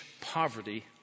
poverty